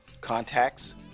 contacts